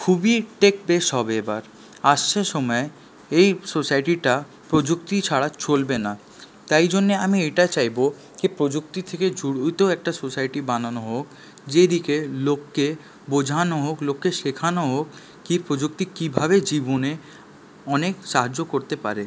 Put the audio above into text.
খুবই tech base হবে এ বার আসছে সময় এই সোসাইটিটা প্রযুক্তি ছাড়া চলবে না তাই জন্য আমি এটা চাইব কি প্রযুক্তি থেকে জড়িত একটা সোসাইটি বানানো হোক যেই দিকে লোককে বোঝানো হোক লোককে শেখানো হোক কি প্রযুক্তি কীভাবে জীবনে অনেক সাহায্য করতে পারে